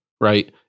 Right